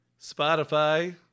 Spotify